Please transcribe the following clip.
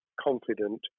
confident